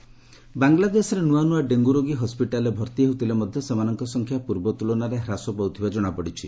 Bangladesh dengue ବାଂଲାଦେଶରେ ନୂଆ ନୂଆ ଡେଙ୍ଗୁ ରୋଗୀ ହସ୍କିଟାଲ୍ରେ ଭର୍ତ୍ତି ହେଉଥିଲେ ମଧ୍ୟ ସେମାନଙ୍କ ସଂଖ୍ୟା ପୂର୍ବ ତୁଳନାରେ ହ୍ରାସ ପାଉଥିବା ଜଣାପଡ଼ିଛି